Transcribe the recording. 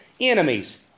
Enemies